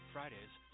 Fridays